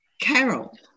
Carol